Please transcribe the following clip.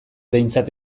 behintzat